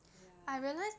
ya